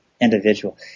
individual